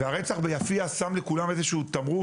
והרצח ביפיע שם לכולם איזשהו תמרור,